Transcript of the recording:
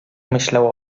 myślał